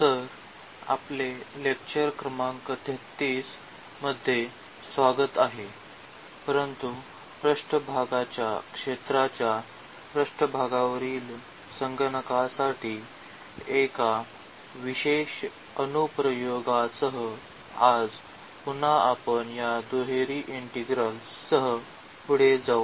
हे आपले लेक्चर 33 व्याख्यानमाले मध्ये स्वागत आहे परंतु पृष्ठभागाच्या क्षेत्राच्या पृष्ठभागावरील संगणनासाठी एका विशेष अनुप्रयोगासह आज पुन्हा आपण या दुहेरी इंटिग्रल्स सह पुढे जाऊ